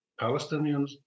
Palestinians